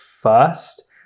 first